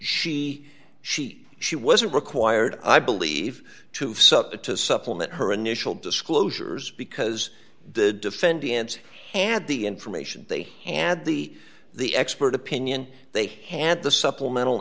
she she she wasn't required i believe to supplement her initial disclosures because the defendant had the information they had the the expert opinion they had the supplemental